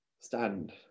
Stand